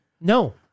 no